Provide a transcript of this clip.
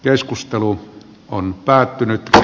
keskustelu on päättynyt